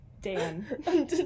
Dan